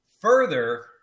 further